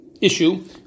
issue